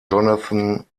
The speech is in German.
jonathan